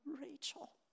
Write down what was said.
Rachel